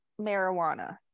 marijuana